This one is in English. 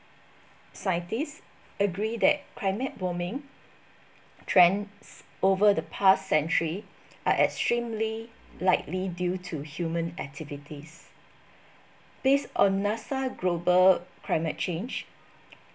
scientists agree that climate warming trends over the past century are extremely likely due to human activities based on NASA global climate change